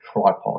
tripod